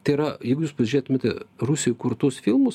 tai yra jeigu jūs pažiūrėtumėte rusijoj kurtus filmus